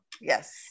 Yes